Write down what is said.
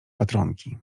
patronki